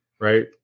right